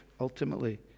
ultimately